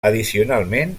addicionalment